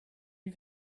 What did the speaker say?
you